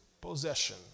possession